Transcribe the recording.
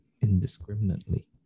indiscriminately